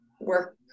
work